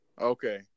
Okay